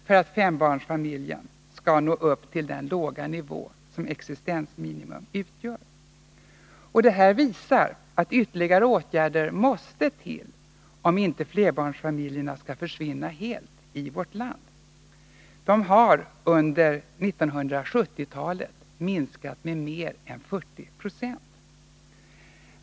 för att fembarnsfamiljen skulle uppnå den låga nivå som existensminimum utgör. Det visar att ytterligare åtgärder måste till om inte flerbarnsfamiljerna skall försvinna helt i vårt land. De har under 1970-talet minskat med mer än 40976.